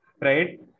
right